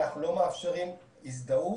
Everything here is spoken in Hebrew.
אנחנו לא מאפשרים הזדהות,